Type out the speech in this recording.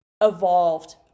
evolved